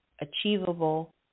achievable